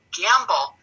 gamble